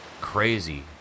crazy